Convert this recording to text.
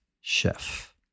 chef